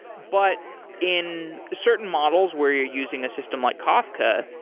but in certain models where you're using a system like kafka,